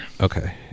Okay